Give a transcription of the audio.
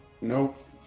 Nope